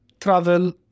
travel